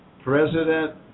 President